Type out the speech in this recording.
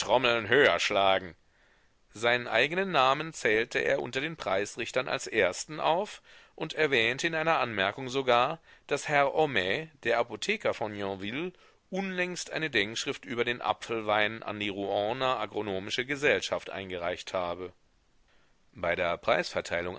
höher schlagen seinen eigenen namen zählte er unter den preisrichtern als ersten auf und erwähnte in einer anmerkung sogar daß herr homais der apotheker von yonville unlängst eine denkschrift über den apfelwein an die rouener agronomische gesellschaft eingereicht habe bei der